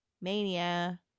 Mania